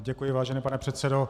Děkuji, vážený pane předsedo.